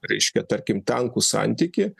reiškia tarkim tankų santykį